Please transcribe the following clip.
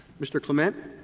mr. clement